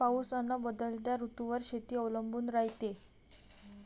पाऊस अन बदलत्या ऋतूवर शेती अवलंबून रायते